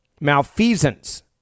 malfeasance